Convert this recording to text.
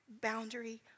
boundary